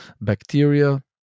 bacteria